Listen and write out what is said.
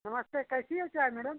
नमस्ते कैसी हो चाय मैडम